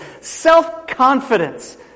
self-confidence